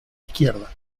izquierda